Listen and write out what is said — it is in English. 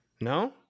No